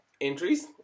entries